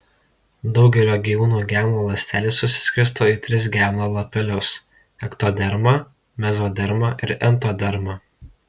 daugelio gyvūnų gemalo ląstelės susiskirsto į tris gemalo lapelius ektodermą mezodermą ir entodermą